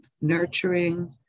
nurturing